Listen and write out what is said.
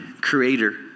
creator